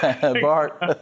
Bart